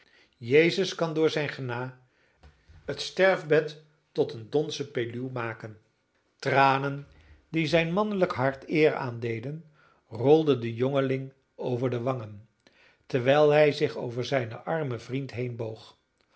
jezus kan door zijn gena t sterfbed tot een donzen peluw maken tranen die zijn mannelijk hart eer aandeden rolden den jongeling over de wangen terwijl hij zich over zijnen armen vriend heenboog